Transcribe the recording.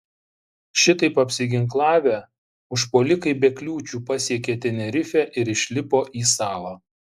šitaip apsiginklavę užpuolikai be kliūčių pasiekė tenerifę ir išlipo į salą